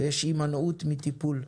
ויש הימנעות מטיפול.